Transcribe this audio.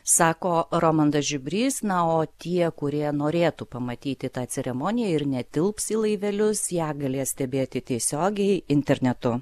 sako romandas žiubrys na o tie kurie norėtų pamatyti tą ceremoniją ir netilps į laivelius ją galės stebėti tiesiogiai internetu